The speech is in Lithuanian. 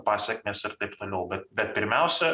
pasekmes ir taip toliau bet bet pirmiausia